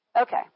Okay